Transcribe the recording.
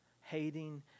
hating